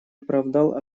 оправдал